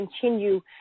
continue